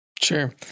Sure